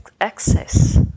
access